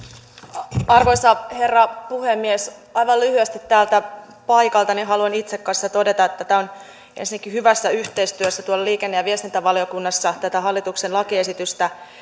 arvoisa herra puhemies aivan lyhyesti täältä paikaltani haluan itse kanssa todeta että ensinnäkin hyvässä yhteistyössä tuolla liikenne ja viestintävaliokunnassa on tätä hallituksen lakiesitystä